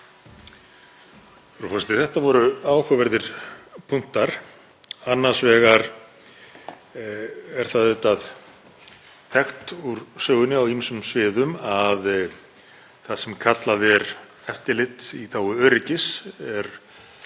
Þetta voru áhugaverðir punktar. Annars vegar er það auðvitað þekkt úr sögunni á ýmsum sviðum að það sem kallað er eftirlit í þágu öryggis er